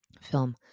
film